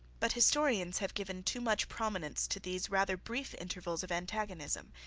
but historians have given too much prominence to these rather brief intervals of antagonism,